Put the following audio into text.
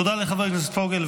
תודה לחבר הכנסת פוגל.